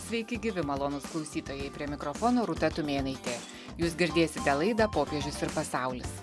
sveiki gyvi malonūs klausytojai prie mikrofono rūta tumėnaitė jūs girdėsite laidą popiežius ir pasaulis